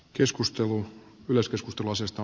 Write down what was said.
keskustelu ylös keskustalaisista